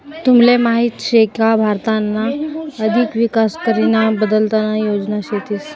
तुमले माहीत शे का भारतना अधिक विकास करीना बलतना योजना शेतीस